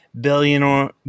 billionaire